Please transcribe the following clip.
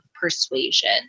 persuasion